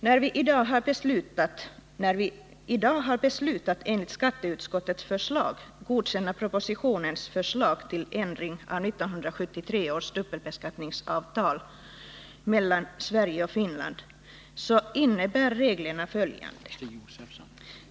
Sedan vi i dag har beslutat att enligt skatteutskottets förslag godkänna propositionens förslag till ändring av 1973 års dubbelbeskattningsavtal mellan Sverige och Finland så innebär reglerna följande.